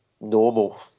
normal